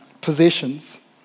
possessions